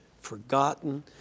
forgotten